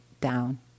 down